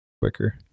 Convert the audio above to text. quicker